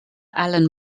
alan